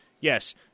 yes